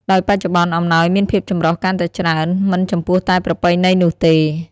ដោយបច្ចុប្បន្ន អំណោយមានភាពចម្រុះកាន់តែច្រើន មិនចំពោះតែប្រពៃណីនោះទេ។